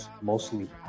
mostly